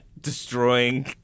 destroying